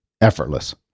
effortless